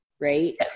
right